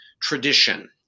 tradition